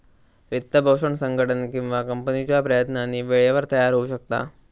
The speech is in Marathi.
वित्तपोषण संघटन किंवा कंपनीच्या प्रयत्नांनी वेळेवर तयार होऊ शकता